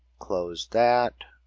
close that.